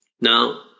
Now